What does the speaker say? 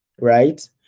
right